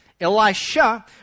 Elisha